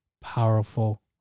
powerful